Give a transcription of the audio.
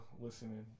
listening